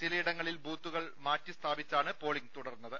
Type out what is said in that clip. ചിലയിടങ്ങളിൽ ബൂത്തുകൾ മാറ്റി സ്ഥാപിച്ചാണ് പോളിംഗ് തുടർന്നത്